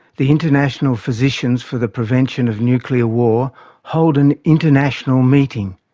the international physicians for the prevention of nuclear war hold an international meeting,